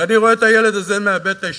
ואני רואה את הילד הזה מאבד את העשתונות,